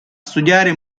studiare